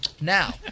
now